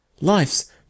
life's